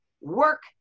work